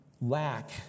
lack